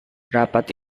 rapat